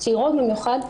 צעירות במיוחד,